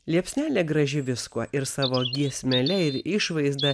liepsnelė graži viskuo ir savo giesmele ir išvaizda